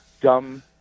dumb